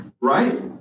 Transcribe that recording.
Right